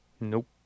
Nope